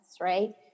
Right